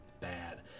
bad